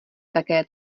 také